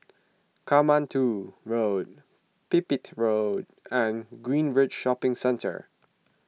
Katmandu Road Pipit Road and Greenridge Shopping Centre